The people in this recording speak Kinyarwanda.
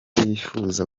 yifuza